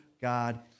God